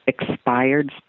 expired